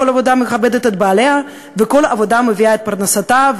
כל עבודה מכבדת את בעליה וכל עבודה מביאה את פרנסתה,